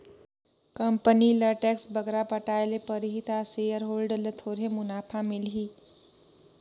company ल tax बगरा पटाए ले परही ता सेयर होल्डर ल थोरहें मुनाफा मिलही